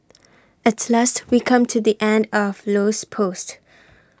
at last we come to the end of Low's post